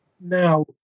now